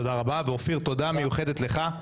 אופיר, תודה מיוחדת לך.